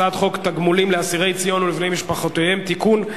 הצעת חוק תגמולים לאסירי ציון ולבני משפחותיהם (תיקון,